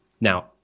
Now